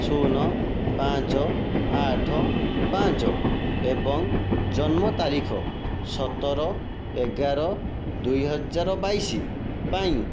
ଶୂନ ପାଞ୍ଚ ଆଠ ପାଞ୍ଚ ଏବଂ ଜନ୍ମତାରିଖ ସତର ଏଗାର ଦୁଇ ହଜାର ବାଇଶ ପାଇଁ